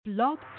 blog